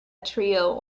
trio